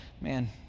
man